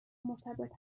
مرتبط